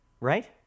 right